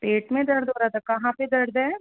पेट में दर्द हो रहा था कहाँ पे दर्द है